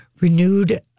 renewed